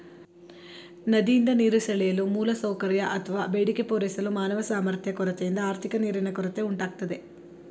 ನದಿಯಿಂದ ನೀರು ಸೆಳೆಯಲು ಮೂಲಸೌಕರ್ಯ ಅತ್ವ ಬೇಡಿಕೆ ಪೂರೈಸಲು ಮಾನವ ಸಾಮರ್ಥ್ಯ ಕೊರತೆಯಿಂದ ಆರ್ಥಿಕ ನೀರಿನ ಕೊರತೆ ಉಂಟಾಗ್ತದೆ